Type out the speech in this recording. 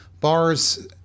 bars